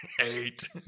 eight